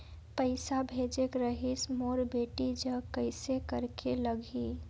पइसा भेजेक रहिस मोर बेटी जग कइसे करेके लगही?